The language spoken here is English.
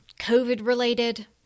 COVID-related